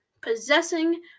possessing